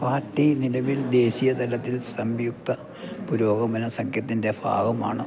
party നിലവിൽ ദേശീയതലത്തിൽ സംയുക്ത പുരോഗമന സഖ്യത്തിന്റെ ഭാഗമാണ്